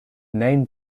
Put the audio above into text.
name